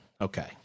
Okay